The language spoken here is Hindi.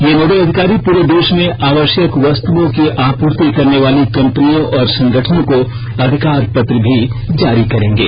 ये नोडल अधिकारी पूरे देश में आवश्यक वस्तुओं की आपूर्ति करने वाली कंपनियों और संगठनों को अधिकार पत्र भी जारी करेंगे